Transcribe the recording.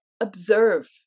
observe